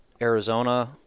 Arizona